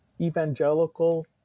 evangelical